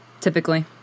typically